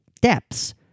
depths